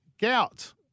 Gout